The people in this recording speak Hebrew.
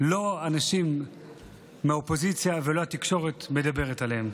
לא אנשים מהאופוזיציה ולא מהתקשורת מדברים עליהם.